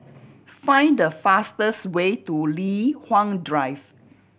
find the fastest way to Li Hwan Drive